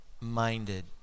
minded